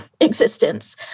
existence